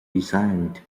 resigned